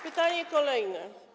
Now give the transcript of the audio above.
Pytanie kolejne.